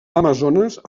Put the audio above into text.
amazones